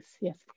yes